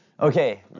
Okay